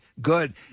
good